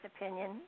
opinion